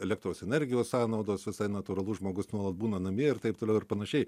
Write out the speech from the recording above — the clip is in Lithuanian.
elektros energijos sąnaudos visai natūralu žmogus nuolat būna namie ir taip toliau ir panašiai